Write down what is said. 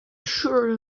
sure